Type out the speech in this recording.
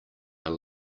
are